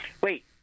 wait